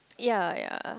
yea yea